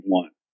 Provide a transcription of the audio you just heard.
one